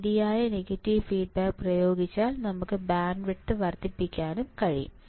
ശരിയായ negative feedback പ്രയോഗിച്ചാൽ നമുക്ക് ബാൻഡ്വിഡ്ത്ത് വർദ്ധിപ്പിക്കാൻ കഴിയും